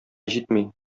җитми